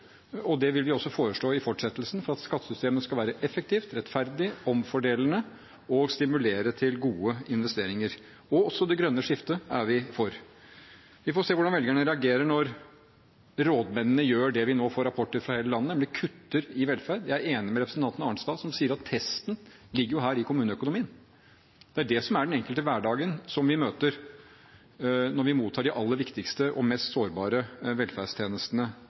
og innretning gjennom åtte år, og det vil vi også foreslå i fortsettelsen, for at skattesystemet skal være effektivt, rettferdig, omfordelende og stimulere til gode investeringer. Også det grønne skiftet er vi for. Vi får se hvordan velgerne reagerer når rådmennene gjør det vi nå får rapporter om fra hele landet, nemlig kutter i velferd. Jeg er enig med representanten Arnstad, som sier at testen ligger jo her i kommuneøkonomien. Det er det som er den enkelte hverdagen vi møter når vi mottar de aller viktigste og mest sårbare velferdstjenestene